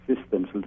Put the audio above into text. systems